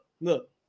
look